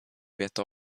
veta